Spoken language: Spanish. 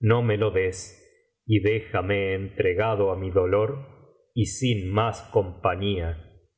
no me lo des y déjame entregado á mi dolor y sin más compañía